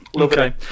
Okay